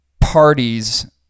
parties